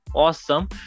Awesome